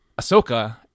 Ahsoka